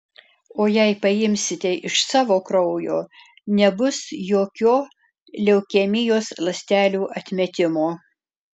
o jei paimsite iš savo kraujo nebus jokio leukemijos ląstelių atmetimo